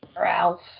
Ralph